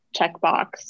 checkbox